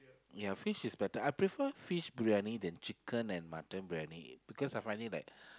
ya fish is better I prefer fish briyani than chicken and mutton briyani because I find it like